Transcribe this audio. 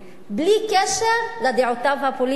בלי קשר לדעותיו הפוליטיות.